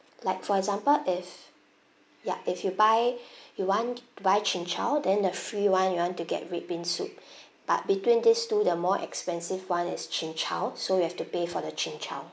like for example if ya if you buy you want to buy chin chow then the free one you want to get red bean soup but between this two the more expensive one is chin chow so you have to pay for the chin chow